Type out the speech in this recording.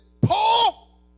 Paul